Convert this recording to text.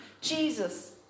Jesus